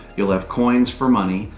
you'll have coins for money,